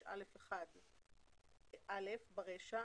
66א1(א) ברישה,